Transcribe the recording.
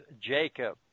Jacob